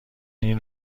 این